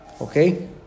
okay